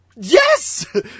Yes